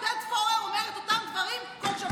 לשמוע את עודד פורר אומר את אותם דברים כל שבוע?